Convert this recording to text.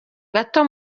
gato